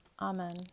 Amen